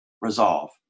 resolve